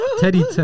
Teddy